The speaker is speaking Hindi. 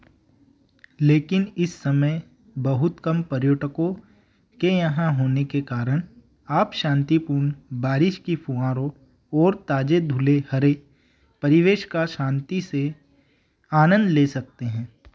लेकिन इस समय बहुत कम पर्यटकों के यहाँ होने के कारण आप शांतिपूर्ण बारिश की फुहारों और ताज़े धुले हरे परिवेश का शांति से आनंद ले सकते हैं